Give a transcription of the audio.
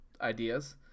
ideas